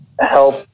help